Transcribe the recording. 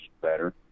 better